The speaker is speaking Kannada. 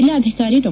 ಜಿಲ್ಲಾಧಿಕಾರಿ ಡಾ